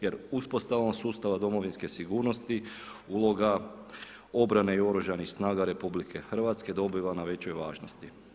Jer uspostavom sustava domovinske sigurnosti, uloga obrane i oružanih snaga RH dobiva na većoj važnost.